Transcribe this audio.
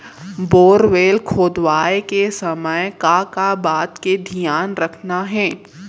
Borewell खोदवाए के समय का का बात के धियान रखना हे?